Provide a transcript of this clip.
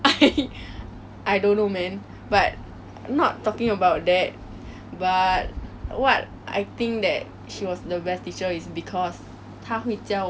so usually she would be really really strict on how we do our exam papers and we never fail to